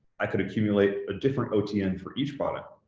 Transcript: i could accumulate a different otn for each product.